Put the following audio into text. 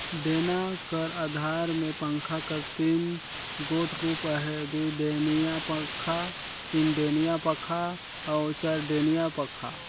डेना कर अधार मे पंखा कर तीन गोट रूप अहे दुईडेनिया पखा, तीनडेनिया पखा अउ चरडेनिया पखा